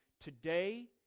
today